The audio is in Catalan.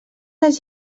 les